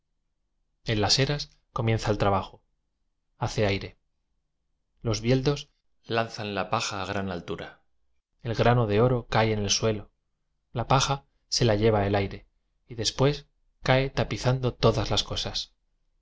en las eras comienzan el trabajo hace aire los bieldos lanzan la paja a gran al tura el grano de oro cae en el suelo la paja se la lleva el aire y después cae tapi zando todas las cosas